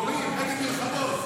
הגיבורים, הגיבורים בגוב האריות.